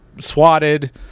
swatted